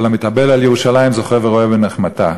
כל המתאבל על ירושלים זוכה ורואה בנחמתה,